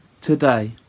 Today